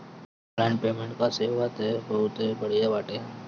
online payment कअ सेवा तअ बहुते बढ़िया बाटे